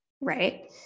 right